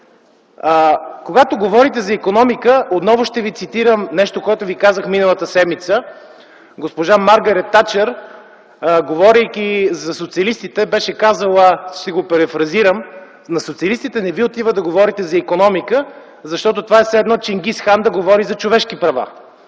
Когато говорите за икономика, отново ще ви цитирам нещо, което ви казах миналата седмица. Госпожа Маргарет Тачер, говорейки за социалистите, беше казала – ще го перифразирам – на социалистите не ви отива да говорите за икономика, защото това е все едно Ченгиз Хан да говори за човешки права.